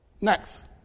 Next